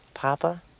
Papa